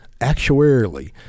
actuarially